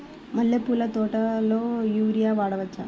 మల్లె పూల తోటలో యూరియా వాడవచ్చా?